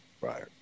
Right